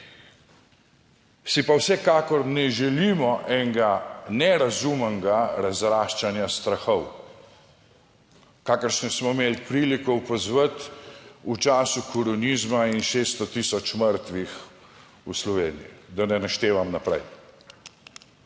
Si pa vsekakor ne želimo enega nerazumnega razraščanja strahov, kakršne smo imeli priliko opazovati v času koronizma in 600 mrtvih v Sloveniji, da ne naštevam naprej.